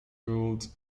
ruled